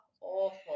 awful